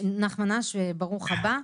נחמן אש, ברוך הבא.